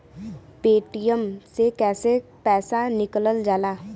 Paytm से कैसे पैसा निकलल जाला?